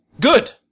Good